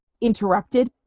interrupted